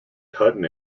hutton